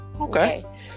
Okay